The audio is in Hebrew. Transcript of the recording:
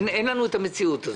אין לנו את המציאות הזאת.